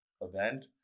event